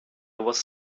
was